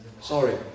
sorry